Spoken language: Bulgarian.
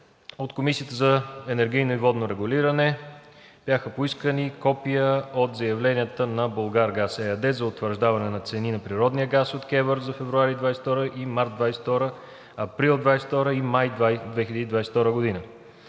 от Комисията за енергийно и водно регулиране бяха поискани копия от заявленията на „Булгаргаз“ ЕАД за утвърждаване на цени на природния газ от КЕВР за февруари 2022-а, март 2022-а, април 2022-а и май 2022 г.